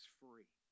free